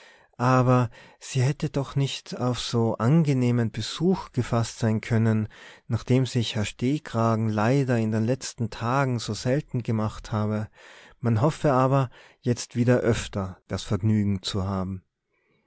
aber sie hätte doch nicht auf so angenehmen besuch gefaßt sein können nachdem sich herr stehkragen leider in den letzten tagen so selten gemacht habe man hoffe aber jetzt wieder öfter das vergnügen zu haben